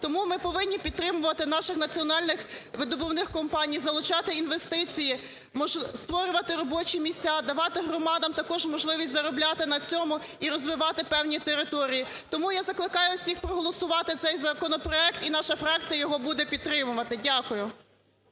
тому ми повинні підтримувати наших національних видобувних компаній, залучати інвестиції, створювати робочі місця, давати громадам також можливість заробляти на цьому і розвивати певні території. Тому я закликаю всіх проголосувати за цей законопроект і наша фракція його буде підтримувати. Дякую.